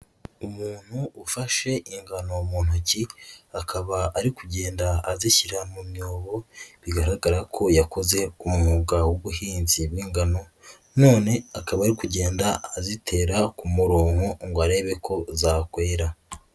Umuntu ufashe ingano mu ntoki akaba ari kugenda azishyira mu myobo, bigaragara ko yakoze umwuga w'ubuhinzi bw'ingano none akaba ari kugenda azitera ku muronko ngo arebe ko zakwera.